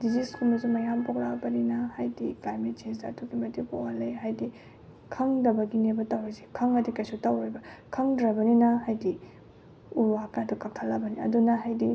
ꯗꯤꯖꯤꯁꯀꯨꯝꯕꯁꯨ ꯃꯌꯥꯝ ꯄꯣꯛꯂꯛꯑꯕꯅꯤꯅ ꯍꯥꯏꯗꯤ ꯀ꯭ꯂꯥꯏꯃꯦꯠ ꯆꯦꯟꯖꯇꯣ ꯑꯗꯨꯛꯀꯤ ꯃꯇꯤꯛ ꯄꯣꯛꯍꯜꯂꯦ ꯍꯥꯏꯗꯤ ꯈꯪꯗꯕꯒꯤꯅꯦꯕ ꯇꯧꯔꯤꯁꯦ ꯈꯪꯉꯗꯤ ꯀꯩꯁꯨ ꯇꯧꯔꯣꯏꯕ ꯈꯪꯗ꯭ꯔꯕꯅꯤꯅ ꯍꯥꯏꯗꯤ ꯎ ꯋꯥ ꯀꯥꯗꯣ ꯀꯛꯊꯠꯂꯕꯅꯤꯅ ꯑꯗꯨꯅ ꯍꯥꯏꯗꯤ